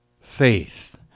faith